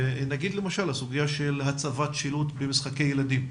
נגיד למשל הסוגיה של הצבת שילוט במשחקי ילדים.